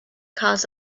caused